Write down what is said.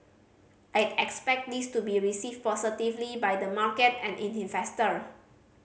I'd expect this to be received positively by the market and investor